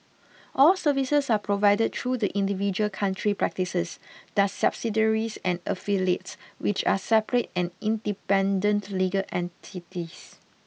all services are provided through the individual country practices their subsidiaries and affiliates which are separate and independent legal entities